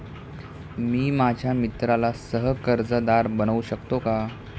मी माझ्या मित्राला सह कर्जदार बनवू शकतो का?